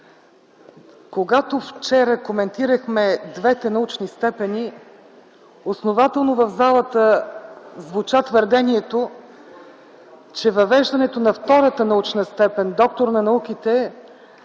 Когато вчера коментирахме двете научни степени основателно в залата звуча твърдението, че въвеждането на втората научна степен „доктор на науките”